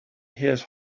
his